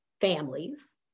families